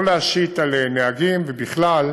לא להשית על נהגים, ובכלל,